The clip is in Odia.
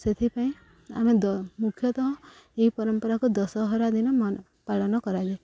ସେଥିପାଇଁ ଆମେ ଦ ମୁଖ୍ୟତଃ ଏହି ପରମ୍ପରାକୁ ଦଶହରା ଦିନ ମାନ ପାଳନ କରାଯାଏ